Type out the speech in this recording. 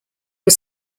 was